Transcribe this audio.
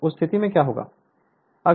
तो उस स्थिति में क्या होगा